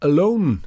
Alone